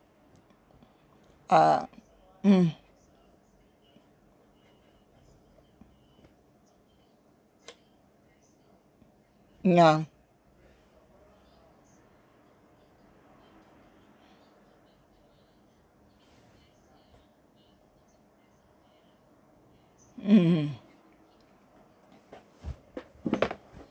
uh mm mm ya mmhmm